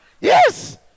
Yes